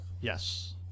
Yes